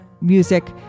music